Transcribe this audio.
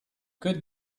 could